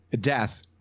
death